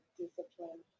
discipline